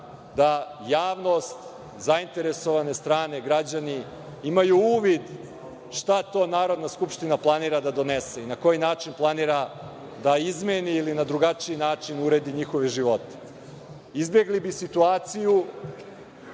da javnost zainteresovane strane, građani imaju uvid šta to Narodna skupština planira da donese i na koji način to planira da izmeni ili na drugačiji način uredi njihove živote. Izbegli bi situaciju